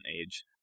age